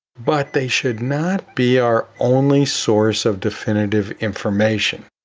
but they should not be our only source of definitive information.